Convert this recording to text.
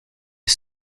des